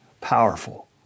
powerful